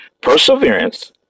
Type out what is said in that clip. Perseverance